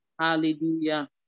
Hallelujah